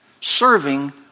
serving